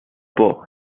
por